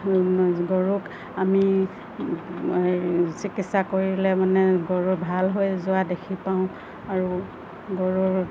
গৰুক আমি চিকিৎসা কৰিলে মানে গৰুৰ ভাল হৈ যোৱা দেখি পাওঁ আৰু গৰুৰ